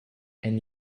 and